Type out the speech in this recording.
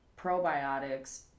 Probiotics